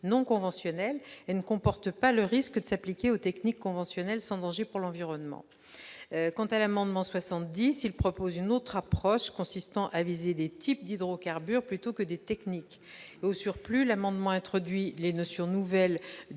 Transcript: non conventionnelles et ne comporte pas le risque de s'appliquer aux techniques conventionnelles sans danger pour l'environnement. Quant à l'amendement n° 70 rectifié, il repose sur une autre approche consistant à viser des types d'hydrocarbures plutôt que des techniques. Au surplus, l'amendement introduit les notions nouvelles